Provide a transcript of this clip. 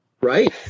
Right